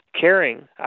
caring